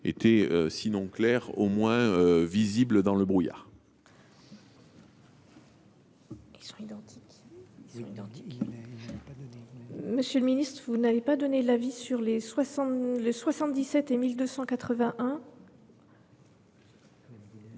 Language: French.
été, sinon clair, du moins visible dans le brouillard